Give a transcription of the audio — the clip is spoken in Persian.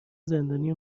زندانی